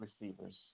receivers